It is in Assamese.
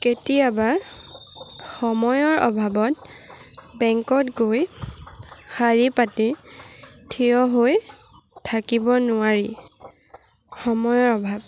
কেতিয়াবা সময়ৰ অভাৱত বেংকত গৈ শাৰী পাতি থিয় হৈ থাকিব নোৱাৰি সময়ৰ অভাৱ